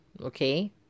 okay